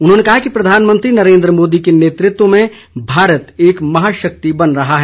उन्होंने कहा कि प्रधानमंत्री नरेन्द्र मोदी के नेतृत्व में भारत एक महाशक्ति बन रहा है